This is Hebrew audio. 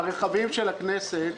הרכבים של הכנסת,